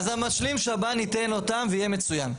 אז המשלים שב"ן ייתן אותם ויהיה מצוין.